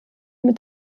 mit